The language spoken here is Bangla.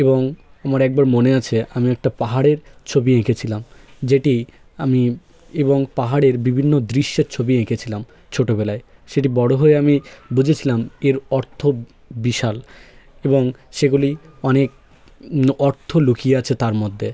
এবং আমার একবার মনে আছে আমি একটা পাহাড়ের ছবি এঁকেছিলাম যেটি আমি এবং পাহাড়ের বিভিন্ন দৃশ্যের ছবি এঁকেছিলাম ছোটবেলায় সেটি বড় হয়ে আমি বুঝেছিলাম এর অর্থ বিশাল এবং সেগুলি অনেক অর্থ লুকিয়ে আছে তার মধ্যে